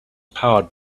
powered